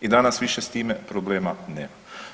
i danas više s time problema nema.